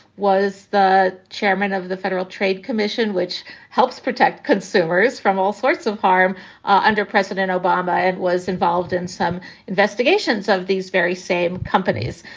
was the chairman of the federal trade commission, which helps protect consumers from all sorts of harm under president obama. it was involved in some investigations of these very same companies.